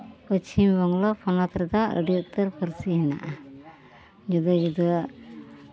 ᱯᱚᱪᱷᱤᱢᱵᱟᱝᱞᱟ ᱯᱚᱱᱚᱛ ᱨᱮᱫᱚ ᱟᱹᱰᱤ ᱩᱥᱛᱟᱹᱨ ᱯᱟᱹᱨᱥᱤ ᱢᱮᱱᱟᱜᱼᱟ ᱡᱩᱫᱟᱹ ᱡᱩᱫᱟᱹ ᱟᱜ